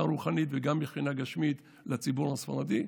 רוחנית וגם מבחינה גשמית לציבור הספרדי,